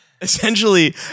essentially